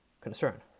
concern